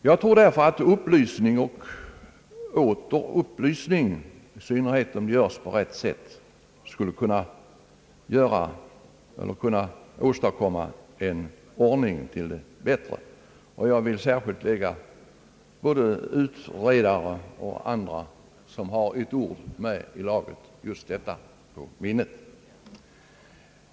Jag tror därför att upplysning och åter upplysning, i synnerhet om den ges på rätt sätt, skulle kunna åstadkomma en ordning till det bättre. Jag vill särskilt lägga både utredaren och andra som har ett ord med i laget just detta på minnet.